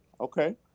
Okay